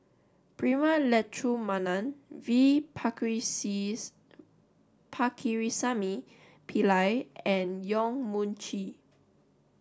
Prema Letchumanan V Pakirisamy Pillai and Yong Mun Chee